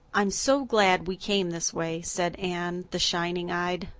i'm so glad we came this way, said anne, the shining-eyed.